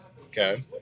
Okay